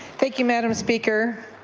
thank you madam speaker.